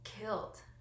killed